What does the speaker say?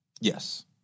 Yes